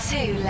Two